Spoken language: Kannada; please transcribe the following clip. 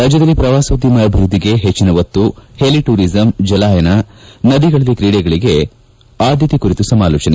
ರಾಜ್ಯದಲ್ಲಿ ಪ್ರವಾಸೋದ್ಯಮ ಅಭಿವೃದ್ಧಿಗೆ ಹೆಜ್ಜನ ಒತ್ತು ಹೆಲಿಟೂರಿಸಂ ಜಲಾಯನ ನದಿಗಳಲ್ಲಿ ಕ್ರೀಡೆಗಳಿಗೆ ಆದ್ಯತೆ ಕುರಿತು ಸಮಾಲೋಜನೆ